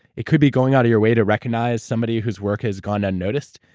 it could be going out of your way to recognize somebody whose work has gone unnoticed.